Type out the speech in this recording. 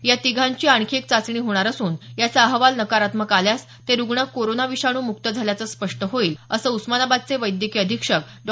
या तिघांची आणखी एक चाचणी होणार असून याचा अहवाल नकारात्मक आल्यास ते रुग्ण कोरोना विषाणू मुक्त झाल्याचं स्पष्ट होईल असं उस्मानाबादचे वैद्यकीय अधीक्षक डॉ